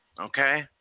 Okay